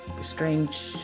strange